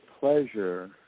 pleasure